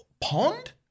Pond